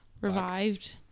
revived